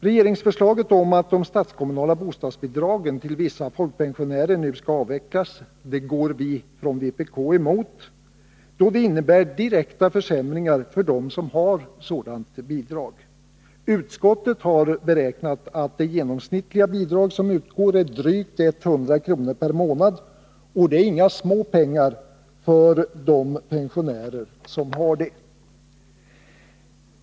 Regeringsförslaget om att de statskommunala bostadsbidragen till vissa folkpensionärer nu skall avvecklas går vi från vpk emot, då det innebär direkta försämringar för dem som har sådant bidrag. Utskottet har beräknat att det genomsnittliga bidrag som utgår är drygt 100 kr. per månad, och det är inga småpengar för de pensionärer som har det.